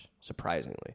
surprisingly